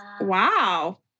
Wow